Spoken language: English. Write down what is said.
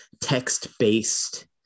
text-based